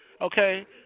Okay